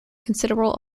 considerable